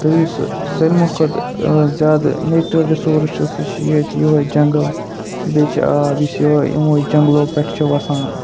تہٕ یُس سنمہٕ کھۄتہٕ زیادٕ نیچرَل رِسورُس چھُ سُہ چھِ ییٚتہِ یوٚہَے جنٛگَل بیٚیہِ چھِ آب یُس یوٚہَے اِموُے جنٛگلو پٮ۪ٹھ چھُ وَسان